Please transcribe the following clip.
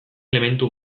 elementu